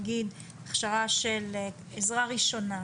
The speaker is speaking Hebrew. נגיד הכשרה של עזרה ראשונה,